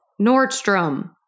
Nordstrom